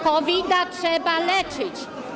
COVID trzeba leczyć.